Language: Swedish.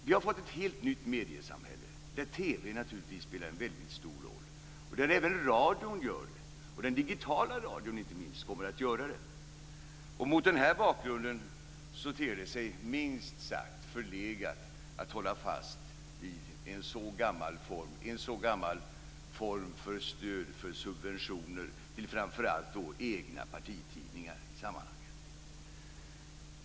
Vi har fått ett helt nytt mediesamhälle, där TV naturligtvis spelar en väldigt stor roll. Även radio spelar en stor roll, och inte minst den digitala radion kommer att spela en stor roll. Mot denna bakgrund ter det sig minst sagt förlegat att hålla fast vid en så gammal form för stöd och subventioner till framför allt egna partitidningar.